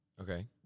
Okay